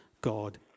God